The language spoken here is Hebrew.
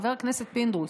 חבר הכנסת פינדרוס,